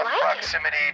Proximity